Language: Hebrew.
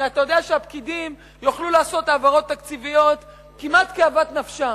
הרי אתה יודע שהפקידים יוכלו לעשות העברות תקציביות כמעט כאוות-נפשם,